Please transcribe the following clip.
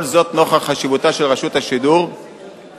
כל זאת נוכח חשיבותה של רשות השידור וכדי